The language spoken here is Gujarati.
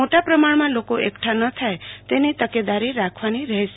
મોટા પ્રમાણમાં લોકો એકઠા ન થાય તેની તકેદારી રાખવાની રહેશ